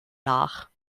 nach